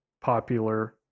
popular